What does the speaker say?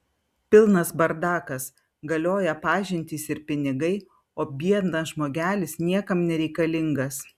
pilnas bardakas galioja pažintys ir pinigai o biednas žmogelis niekam nereikalingas